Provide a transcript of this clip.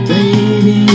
Baby